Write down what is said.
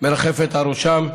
מרחפת על ראשם,